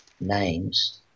names